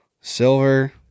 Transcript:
Silver